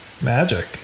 Magic